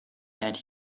and